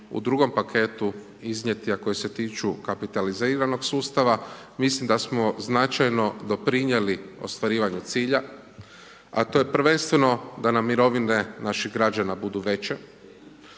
u drugom paketu iznijeti, a koji se tiču kapitaliziranog sustava mislim da smo značajno doprinijeli ostvarivanju cilja, a to je prvenstveno da nam mirovine naših građana budu veće